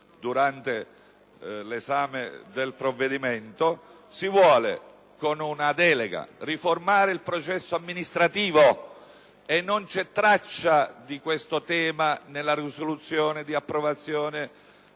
durante l'esame del provvedimento; si vuole riformare con una delega il processo amministrativo, ma non c'è traccia di questo tema nella risoluzione di approvazione del